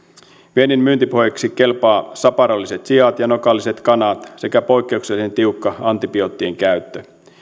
viennin myyntipuheiksi kelpaavat saparolliset siat ja nokalliset kanat sekä poikkeuksellisen tiukka antibioottien käyttö